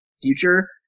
future